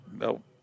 Nope